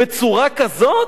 בצורה כזאת?